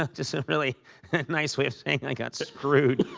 ah just really nice way of saying i got screwed.